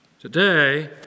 Today